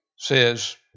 says